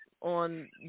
on